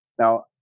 Now